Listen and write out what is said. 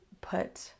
put